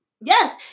Yes